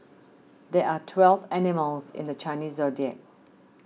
there are twelve animals in the Chinese zodiac